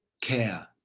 care